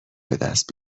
بدست